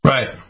Right